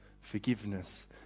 forgiveness